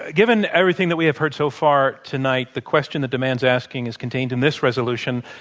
given everything that we have heard so far tonight, the question the demand's asking is contained in this resolution,